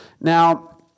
Now